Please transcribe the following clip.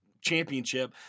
championship